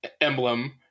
emblem